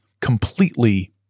completely